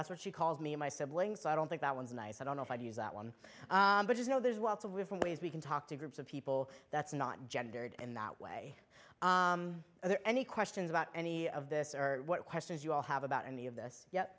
that's what she calls me and my siblings so i don't think that was nice i don't know if i'd use that one but you know there's lots of different ways we can talk to groups of people that's not gendered in that way or any questions about any of this or what questions you all have about any of this ye